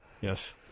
yes